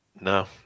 No